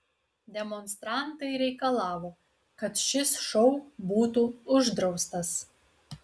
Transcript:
demonstrantai reikalavo kad šis šou būtų uždraustas